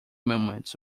moments